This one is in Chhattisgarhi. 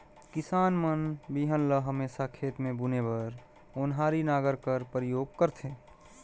किसान मन बीहन ल हमेसा खेत मे बुने बर ओन्हारी नांगर कर परियोग करथे